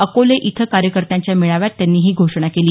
अकोले इथं कार्यकर्त्यांच्या मेळाव्यात त्यांनी ही घोषणा केली